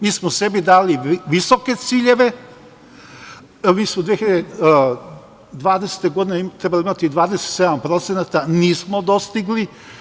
Mi smo sebi dali visoke ciljeve, mi smo 2020. godine trebali imati 27%, nismo dostigli.